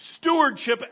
stewardship